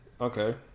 Okay